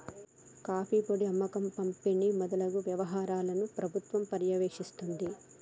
coffee పొడి అమ్మకం పంపిణి మొదలగు వ్యవహారాలను ప్రభుత్వం పర్యవేక్షిస్తుంది